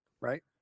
right